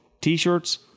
t-shirts